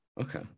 Okay